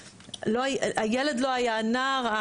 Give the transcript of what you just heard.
הילד לא היה, הנער,